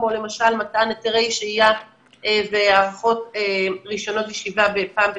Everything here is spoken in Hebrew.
כמו למשל מתן היתרי שהייה והארכת רישיונות ישיבה פעם בשנתיים.